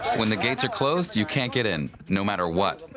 when the gates are closed, you can't get in. no matter what.